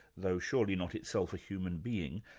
though surely not itself a human being,